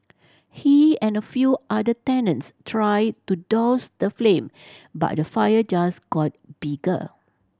he and a few other tenants tried to douse the flame but the fire just got bigger